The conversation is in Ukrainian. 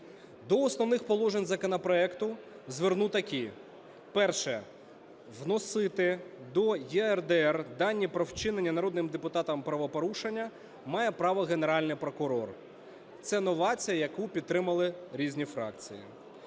До основних положень законопроекту зверну такі. Перше. Вносити до ЄРДР дані про вчинення народним депутатом правопорушення має право Генеральний прокурор. Це новація, яку підтримали різні фракції.